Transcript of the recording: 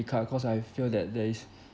card cause I feel that there is